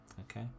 okay